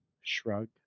shrug